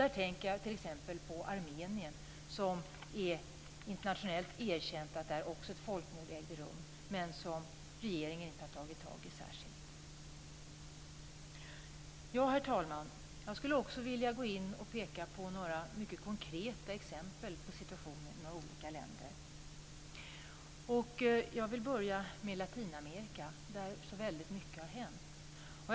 Jag tänker t.ex. på Armenien. Det är internationellt erkänt att det ägde rum ett folkmord också där. Men regeringen har inte särskilt tagit tag i detta. Herr talman! Jag skulle också vilja gå in och peka på några mycket konkreta exempel på situationen i några olika länder. Jag vill börja med Latinamerika där väldigt mycket har hänt.